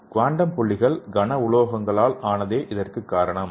quantum புள்ளிகள் கன உலோகங்களால் ஆனதே இதற்குக் காரணம்